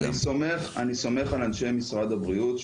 אני סומך על אנשי משרד הבריאות.